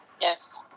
Yes